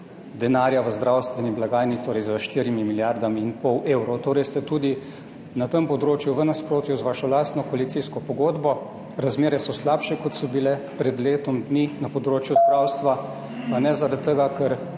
denarja v zdravstveni blagajni, torej s 4 milijardami in pol evrov. Torej ste tudi na tem področju v nasprotju z vašo lastno koalicijsko pogodbo. Razmere so slabše kot so bile pred letom dni na področju zdravstva, pa ne zaradi tega, ker